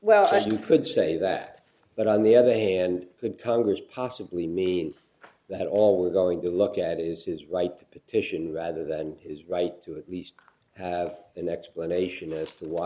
well you could say that but on the other hand the congress possibly mean that all we're going to look at is his right to petition rather than his right to at least have an explanation as to why